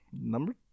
Number